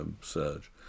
surge